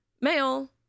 male